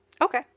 Okay